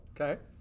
Okay